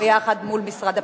מול משרד הפנים.